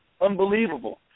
unbelievable